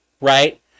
right